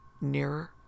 Nearer